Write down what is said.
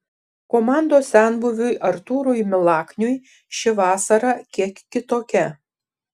komandos senbuviui artūrui milakniui ši vasara kiek kitokia